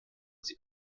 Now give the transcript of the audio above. sie